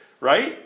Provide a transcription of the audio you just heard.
Right